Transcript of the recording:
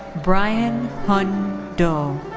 brian huynh do.